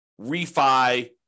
refi